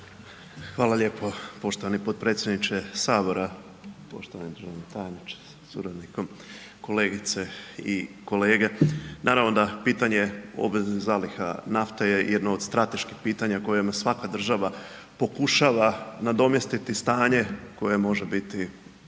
Hvala lijepo poštovani potpredsjedniče HS, poštovani državni tajniče sa suradnikom, kolegice i kolege, naravno da pitanje obveznih zaliha nafte je jedno od strateških pitanja kojima svaka država pokušava nadomjestiti stanje koje može biti